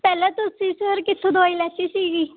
ਪਹਿਲਾਂ ਤੁਸੀਂ ਸਰ ਕਿੱਥੋਂ ਦਵਾਈ ਲੈਤੀ ਸੀ ਜੀ